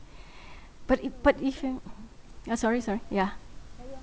but if but if you ya sorry sorry ya